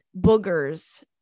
Boogers